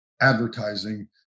advertising